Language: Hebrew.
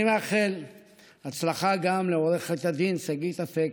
אני מאחל הצלחה גם לעו"ד שגית אפיק,